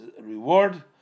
reward